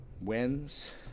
wins